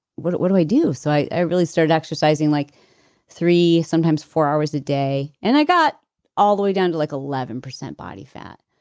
what what do i do? so i really started exercising like three, sometimes four hours a day. and i got all the way down to like eleven percent body fat.